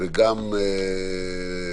רואים אותנו במסיבות